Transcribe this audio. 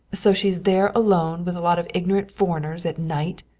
so she's there alone with a lot of ignorant foreigners at night.